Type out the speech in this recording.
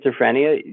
schizophrenia